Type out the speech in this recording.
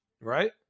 Right